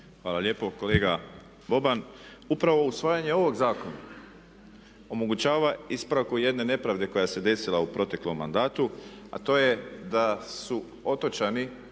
Hvala lijepo kolega Boban. Upravo usvajanje ovog zakona omogućava ispravku jedne nepravde koja se desila u proteklom mandatu a to je da su otočani